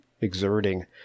exerting